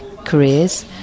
careers